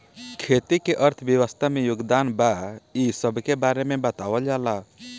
खेती के अर्थव्यवस्था में योगदान बा इ सबके बारे में बतावल जाला